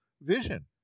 vision